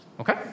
okay